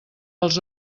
als